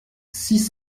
six